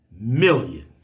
million